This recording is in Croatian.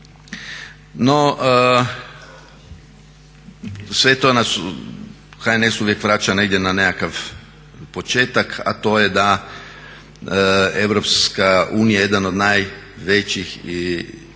No, sve to nas u HNS-u uvijek vraća negdje na nekakav početak a to je da EU jedan od najvećih i